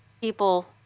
people